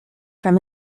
from